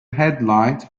headlight